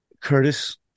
Curtis